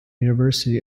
university